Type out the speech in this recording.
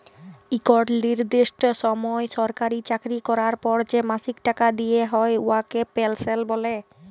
ইকট লিরদিষ্ট সময় সরকারি চাকরি ক্যরার পর যে মাসিক টাকা দিয়া হ্যয় উয়াকে পেলসল্ ব্যলে